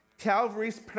Calvary's